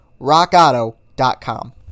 rockauto.com